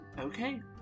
okay